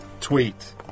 tweet